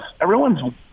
everyone's